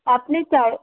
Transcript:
আপনি চাই